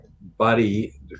body